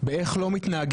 מה אני מצפה